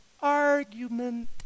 argument